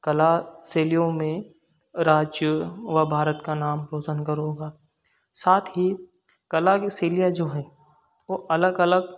कला शैलियों में राज्य व भारत का नाम रौशन करूँगा साथ ही कला की शैलियाँ जो हैं वो अलग अलग